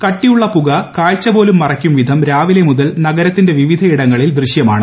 കട്ടിയുള്ള പുക കാഴ്ച പോലും മറയ്ക്കും വിധം രാവിലെ മുതൽ നഗരത്തിന്റെ വിവിധയിടങ്ങളിൽ ദൃശ്യമാണ്